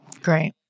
Great